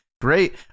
Great